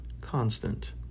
constant